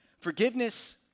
forgiveness